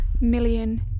million